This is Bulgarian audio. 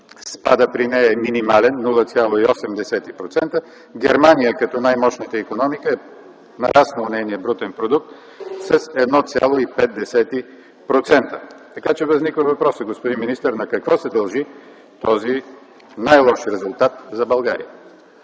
спадът при нея е минимален – 0,8%, а Германия, като най-мощната икономика, е нараснал нейния брутен продукт с 1,5%. Възниква въпросът, господин министър, на какво се дължи този най-лош резултат за България?